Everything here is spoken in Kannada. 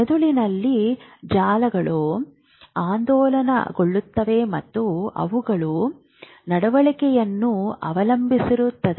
ಮೆದುಳಿನ ಜಾಲಗಳು ಆಂದೋಲನಗೊಳ್ಳುತ್ತವೆ ಮತ್ತು ಅವುಗಳ ನಡವಳಿಕೆಯನ್ನು ಅವಲಂಬಿಸಿರುತ್ತದೆ